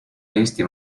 eesti